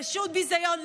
פשוט ביזיון.